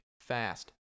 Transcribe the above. fast